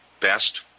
best